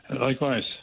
likewise